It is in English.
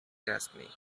destiny